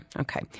Okay